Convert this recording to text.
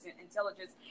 intelligence